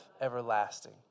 everlasting